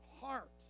heart